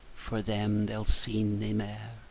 for them they'll see nae mair!